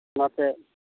ᱚᱱᱟᱛᱮ